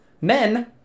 Men